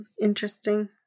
Interesting